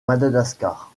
madagascar